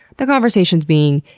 the conversation being,